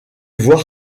voir